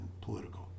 political